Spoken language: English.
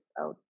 out